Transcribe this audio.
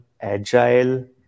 agile